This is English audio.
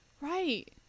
right